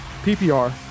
PPR